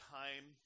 time